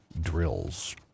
drills